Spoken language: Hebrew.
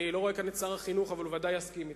ואני לא רואה כאן את שר החינוך אבל הוא ודאי יסכים אתי,